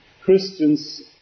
Christians